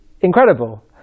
incredible